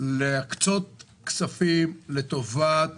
להקצות כספים לטובת